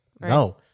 No